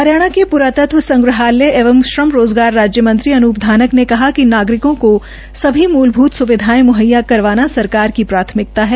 हरियाणा के प्रातत्व संग्रहालय एवं श्रम रोजगार राज्यमंत्री अनुप धानक ने कहा कि नागरिकों को सभी मूलभूत सुविधाएं मूहैया करवाना सरकार की प्राथमिकता है